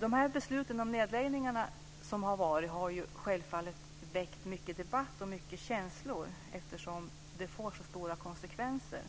De beslut om nedläggningar som har fattats har självfallet väckt mycket debatt och många känslor eftersom det får så stora konsekvenser.